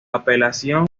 apelación